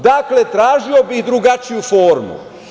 Dakle, tražio bih drugačiju formu.